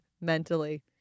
mentally